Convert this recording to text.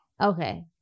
okay